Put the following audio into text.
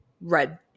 red